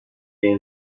این